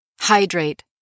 Hydrate